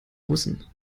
russen